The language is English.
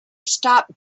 stop